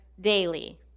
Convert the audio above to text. daily